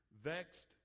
vexed